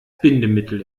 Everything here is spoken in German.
bindemittel